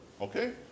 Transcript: okay